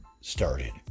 started